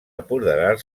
apoderar